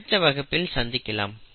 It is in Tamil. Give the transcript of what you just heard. அடுத்த வகுப்பில் சந்திக்கலாம்